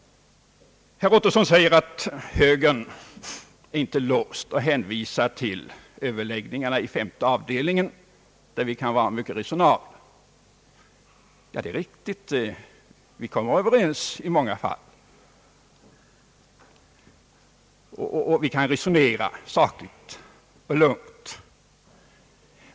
Herr Ottosson säger att högern inte är låst och hänvisar till överläggningarna i femte avdelningen, där vi kan vara mycket resonabla. Det är riktigt att vi brukar kunna komma överens i många fall och att vi kan resonera sakligt och lugnt.